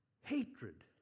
hatred